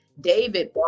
David